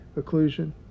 occlusion